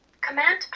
Command